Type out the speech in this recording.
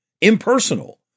impersonal